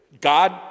god